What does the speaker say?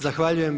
Zahvaljujem.